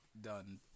done